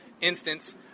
instance